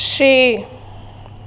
ਛੇ